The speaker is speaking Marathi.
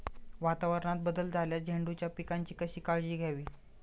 वातावरणात बदल झाल्यास झेंडूच्या पिकाची कशी काळजी घ्यावी?